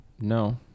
no